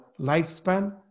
lifespan